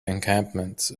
encampment